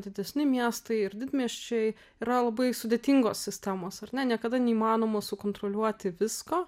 didesni miestai ir didmiesčiai yra labai sudėtingos sistemos ar ne niekada neįmanoma sukontroliuoti visko